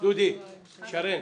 הצבעה בעד, 6 נגד,